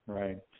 right